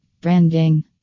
Branding